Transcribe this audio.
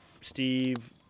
Steve